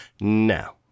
now